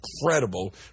incredible